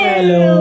Hello